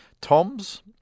Toms